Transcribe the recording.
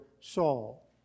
Saul